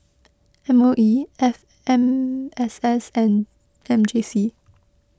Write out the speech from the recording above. M O E F M S S and M J C